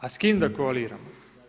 A s kim da koaliramo?